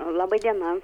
labai diena